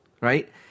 right